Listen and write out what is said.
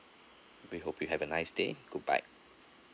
we hope you have a nice day goodbye